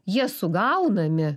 jie sugaunami